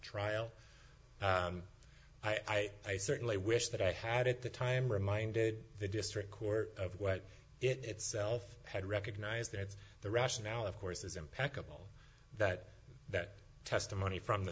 trial i certainly wish that i had at the time reminded the district court of what itself had recognized that the rationale of course is impeccable that that testimony from the